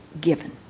given